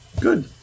good